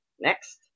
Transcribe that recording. Next